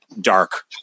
dark